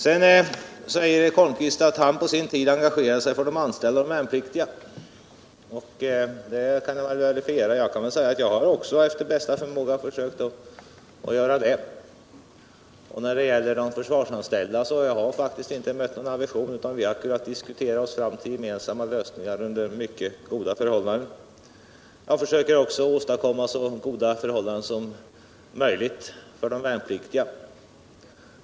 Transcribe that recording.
Sedan säger Eric Holmqvist att han få sin tid engagerade sig för de anställda och för de värnpliktiga, och det kan jag verifiera. Jag har också efter bästa förmåga försökt göra det. När det gäller de försvarsanställda har jag inte mött Försvarspolitiken, någon aversion utan vi har kunnat diskutera oss fram till gemensamma lösningar under mycket goda förhållanden. Jag försöker också åstadkomma så goda förhållanden som möjligt för de värnpliktiga.